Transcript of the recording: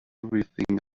everything